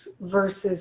versus